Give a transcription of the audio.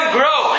grow